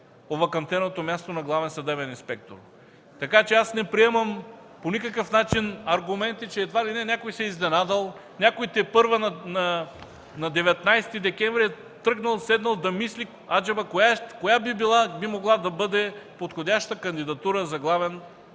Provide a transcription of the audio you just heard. овакантеното място на Главен съдебен инспектор. Аз не приемам по никакъв начин аргументи, че едва ли не някой се е изненадал, някой тепърва – на 19 декември, е тръгнал и седнал да мисли, аджеба, коя би могла да бъде подходящата кандидатура за Главен